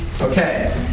Okay